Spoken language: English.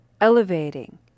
elevating